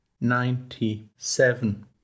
ninety-seven